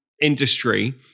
industry